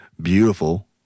beautiful